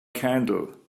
candle